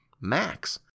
max